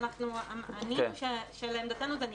ואנחנו ענינו שלעמדתנו זה נכנס.